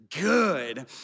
Good